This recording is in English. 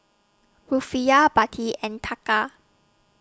Rufiyaa Baht and Taka